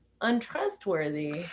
Untrustworthy